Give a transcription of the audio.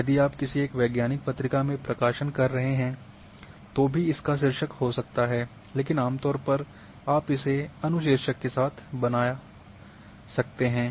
यदि आप किसी एक वैज्ञानिक पत्रिका में प्रकाशन कर रहे हैं तो भी इसका शीर्षक हो सकता है लेकिन आम तौर पर आप इसे अनुशीर्षक के साथ बनाया जाता है